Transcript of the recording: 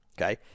okay